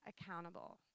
accountable